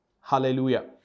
Hallelujah